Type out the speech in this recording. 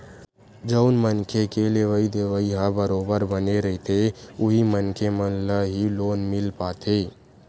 जउन मनखे के लेवइ देवइ ह बरोबर बने रहिथे उही मनखे मन ल ही लोन मिल पाथे